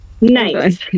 Nice